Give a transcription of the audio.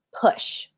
push